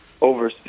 over